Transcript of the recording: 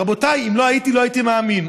רבותיי, אם לא הייתי לא הייתי מאמין.